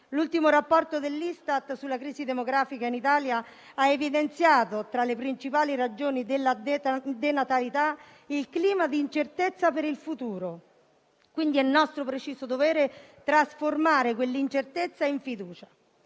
L'ultimo rapporto dell'Istat sulla crisi demografica in Italia ha evidenziato, tra le principali ragioni della denatalità, il clima di incertezza per il futuro. Quindi, è nostro preciso dovere trasformare quell'incertezza in fiducia.